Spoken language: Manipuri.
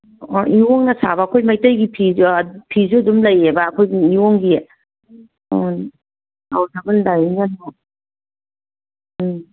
ꯏꯌꯣꯡꯅ ꯁꯥꯕ ꯑꯩꯈꯣꯏ ꯃꯩꯇꯩꯒꯤ ꯐꯤꯁꯨ ꯑꯗꯨꯝ ꯂꯩꯌꯦꯕ ꯑꯩꯈꯣꯏꯒꯤ ꯏꯌꯣꯡꯒꯤ ꯑꯣ ꯑꯧ ꯗꯕꯜ ꯗꯥꯏꯌꯤꯡꯗꯁꯨ ꯎꯝ